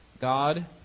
god